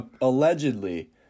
Allegedly